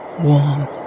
warm